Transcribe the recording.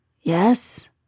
Yes